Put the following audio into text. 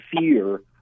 fear